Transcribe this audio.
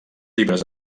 llibres